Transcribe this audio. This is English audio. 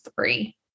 three